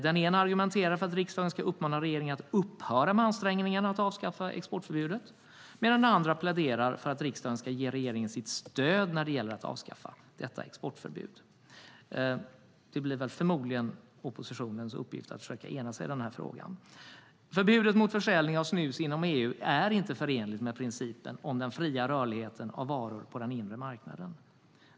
Den ena argumenterar för att riksdagen ska uppmana regeringen att upphöra med ansträngningarna att avskaffa exportförbudet, medan den andra pläderar för att riksdagen ska ge regeringen sitt stöd när det gäller att avskaffa detta exportförbud. Det blir förmodligen oppositionens uppgift att försöka ena sig i frågan. Förbudet mot försäljning av snus inom EU är inte förenligt med principen om den fria rörligheten av varor på den inre marknaden.